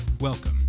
Welcome